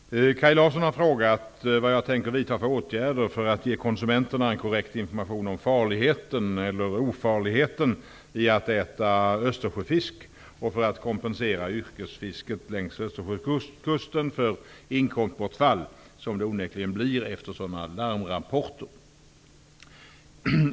Fru talman! Kaj Larsson har frågat vad jag tänker vidta för åtgärder för att ge konsumenterna en korrekt information om farligheten eller ofarligheten i att äta Östersjöfisk och för att kompensera yrkesfisket längs Östersjökusten för det inkomstbortfall som det onekligen blir efter sådana larmrapporter.